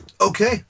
okay